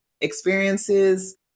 experiences